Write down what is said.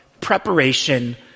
preparation